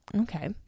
okay